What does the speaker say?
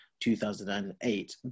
2008